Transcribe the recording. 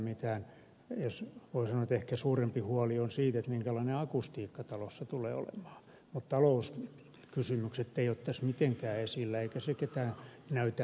voi sanoa että ehkä suurempi huoli on siitä minkälainen akustiikka talossa tulee olemaan mutta talouskysymykset eivät ole tässä mitenkään esillä eivätkä ne ketään näytä kiinnostavan